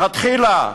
לכתחילה.